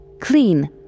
clean